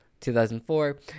2004